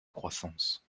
croissance